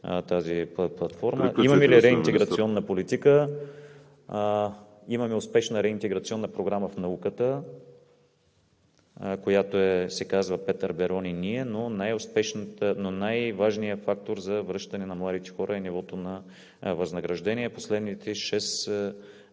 стартира платформата. Имаме ли реинтеграционна политика? Имаме успешна реинтеграционна програма в науката, която се казва „Петър Берон и НИЕ“, но най-важният фактор за връщане на младите хора е нивото на възнаграждение. Последните шест